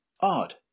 odd